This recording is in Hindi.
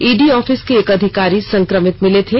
ईडी ऑफिस के एक अधिकारी संक्रमित मिले थे